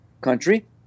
country